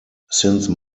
since